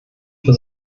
für